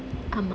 ஆமா:aamaa